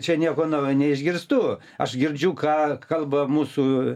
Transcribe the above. čia nieko naujo neišgirstu aš girdžiu ką kalba mūsų